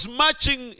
matching